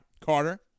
Carter